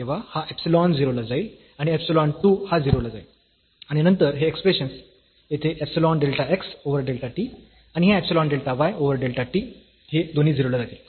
तेव्हा हा इप्सिलॉन 0 ला जाईल आणि इप्सिलॉन 2 हा 0 ला जाईल आणि नंतर हे एक्सप्रेशन्स येथे epsilon delta x over delta t आणि हा epsilon delta y over delta t हे दोन्ही 0 ला जातील